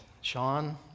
Sean